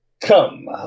Come